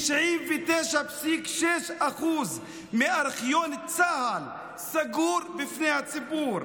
99.6% מארכיון צה"ל סגור בפני הציבור,